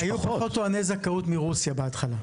היו פחות טועני זכאות מרוסיה בהתחלה.